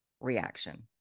reaction